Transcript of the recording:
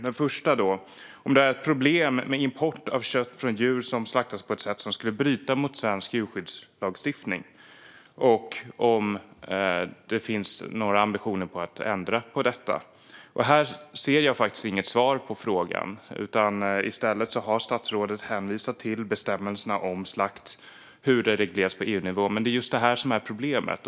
Den första är om det är ett problem med import av kött från djur som slaktas på ett sätt som skulle bryta mot svensk djurskyddslagstiftning och om det finns några ambitioner att ändra på detta. Här ser jag inget svar på frågan. I stället hänvisar statsrådet till bestämmelserna om slakt på EU-nivå. Det är ju just detta som är problemet.